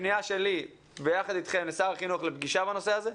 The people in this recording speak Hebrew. פנייה שלי ביחד אתכם לשר החינוך לפגישה בנושא הזה.